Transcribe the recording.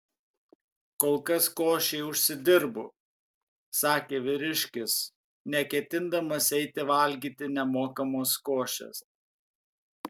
kol kas košei užsidirbu sakė vyriškis neketindamas eiti valgyti nemokamos košės